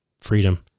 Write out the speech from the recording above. freedom